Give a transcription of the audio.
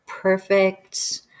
perfect